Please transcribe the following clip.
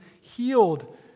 healed